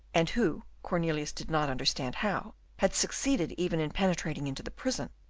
and who cornelius did not understand how had succeeded even in penetrating into the prison,